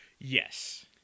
Yes